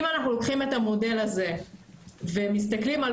אם אנחנו לוקחים את המודל הזה ומסתכלים על